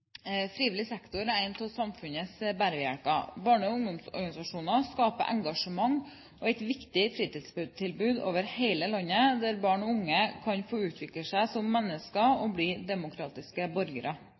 en av samfunnets bærebjelker. Barne- og ungdomsorganisasjonene skaper engasjement og er viktige fritidstilbud over hele landet, der barn og unge kan få utvikle seg som mennesker